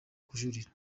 kujurira